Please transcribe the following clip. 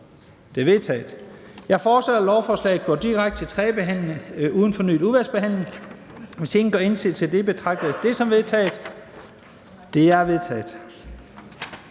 Det er vedtaget. Jeg foreslår, at lovforslaget går direkte til tredje behandling uden fornyet udvalgsbehandling. Hvis ingen gør indsigelse, betragter jeg det som vedtaget. Det er vedtaget.